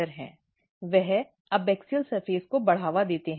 वे abaxial सतह को बढ़ावा देते हैं